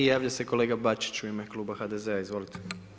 I javlja se kolega Bačić u ime kluba HDZ-a, izvolite.